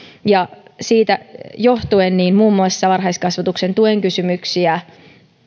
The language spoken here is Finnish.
siitä johtuen muun muassa varhaiskasvatuksen tuen kysymyksiä